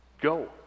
go